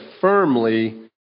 firmly